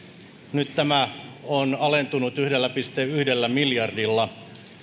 nyt tämä on alentunut yhdellä pilkku yhdellä miljardilla